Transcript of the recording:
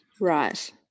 Right